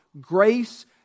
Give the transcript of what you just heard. grace